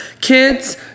kids